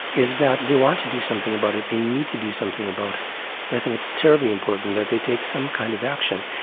is that they want to do something about it, they need to do something about and i think it's terribly important that they take some kind of action.